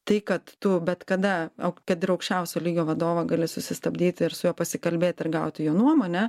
tai kad tu bet kada o kad ir aukščiausio lygio vadovą gali susistabdyt ir su juo pasikalbėt ir gauti jo nuomonę